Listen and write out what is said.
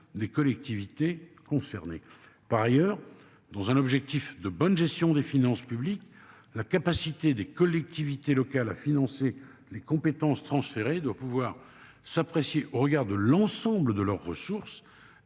des collectivités concernées par ailleurs dans un objectif de bonne gestion des finances publiques. La capacité des collectivités locales à financer les compétences transférées, doit pouvoir s'apprécier au regard de l'ensemble de leurs ressources